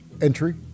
entry